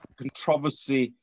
controversy